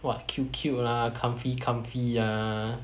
what cute cute lah comfortable comfortable ah